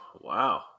Wow